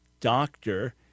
doctor